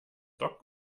dock